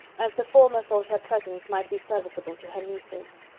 as the former thought her presence might be serviceable to her nieces.